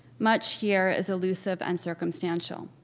much here is elusive and circumstantial.